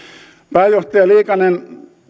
pääjohtaja liikanen